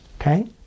Okay